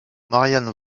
marianne